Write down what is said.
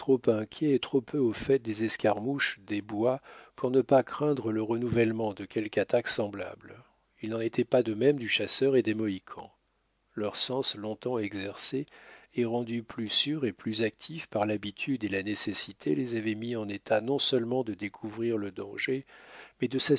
inquiet et trop peu au fait des escarmouches des bois pour ne pas craindre le renouvellement de quelque attaque semblable il n'en était pas de même du chasseur et des mohicans leurs sens longtemps exercés et rendus plus sûrs et plus actifs par l'habitude et la nécessité les avaient mis en état non seulement de découvrir le danger mais de s'assurer